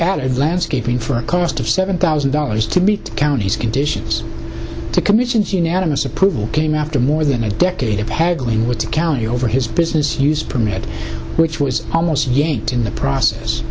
added landscaping for a cost of seven thousand dollars to meet county's conditions commissions unanimous approval came after more than a decade of haggling with the county over his business use permit which was almost yanked in the process